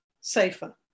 safer